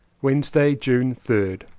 wednesday, june third.